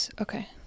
Okay